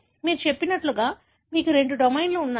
కాబట్టి మీరు చెప్పినట్లుగా మీకు రెండు డొమైన్లు ఉన్నాయి